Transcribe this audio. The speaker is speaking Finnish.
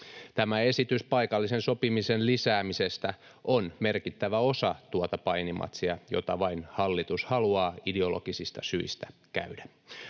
Tämä esitys paikallisen sopimisen lisäämisestä on merkittävä osa tuota painimatsia, jota vain hallitus haluaa ideologisista syistä käydä.